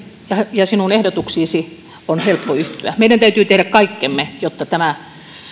ja sinun ehdotuksiisi on helppo yhtyä meidän täytyy tehdä kaikkemme jotta tämä